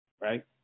Right